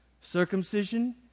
circumcision